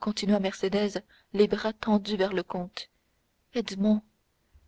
continua mercédès les bras tendus vers le comte edmond